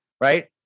right